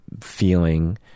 feeling